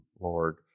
Lord